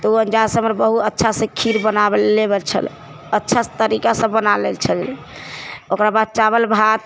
तऽ ओ अन्दाजसँ हमर बहू अच्छासँ खीर बनाबै लै छल अच्छा तरीकासँ बना लेबै छली ओकरा बाद चावल भात